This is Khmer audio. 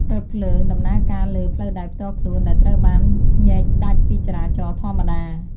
រថភ្លើងដំណើរការលើ ផ្លូវដែកផ្ទាល់ខ្លួន ដែលត្រូវបានញែកដាច់ពីចរាចរណ៍ធម្មតា។